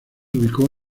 ubicó